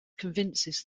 convinces